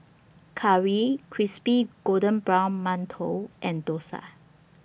Curry Crispy Golden Brown mantou and Dosa